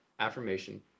affirmation